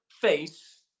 face